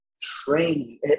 training